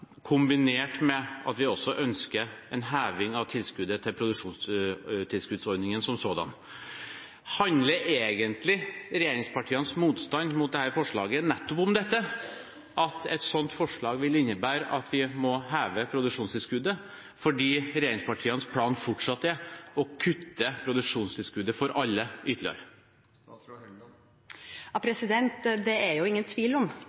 kombinert med at vi også ønsker en heving av rammen når det gjelder produksjonstilskuddsordningen som sådan. Handler egentlig regjeringspartienes motstand mot dette forslaget nettopp om dette, at et sånt forslag vil innebære at vi må heve produksjonstilskuddet, fordi regjeringspartienes plan fortsatt er å kutte produksjonstilskuddet for alle ytterligere? Det er ingen tvil om